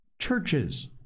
churches